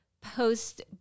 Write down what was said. post